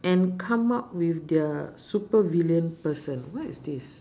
and come up with their super villain person what is this